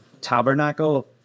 tabernacle